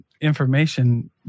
information